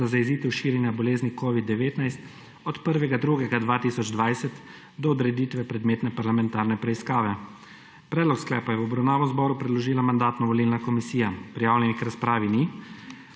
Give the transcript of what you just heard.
za zajezitev širjenja bolezni COVID-19 od 1. 2. 2020 do odreditve predmetne parlamentarne preiskave. Predlog sklepa je v obravnavo zboru predložila Mandatno-volilna komisija. Prijavljenih k razpravi ni.